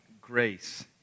grace